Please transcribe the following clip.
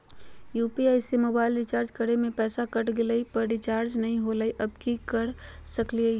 UPI से mobile recharge करे में पैसा कट गेलई, पर रिचार्ज नई होलई, अब की कर सकली हई?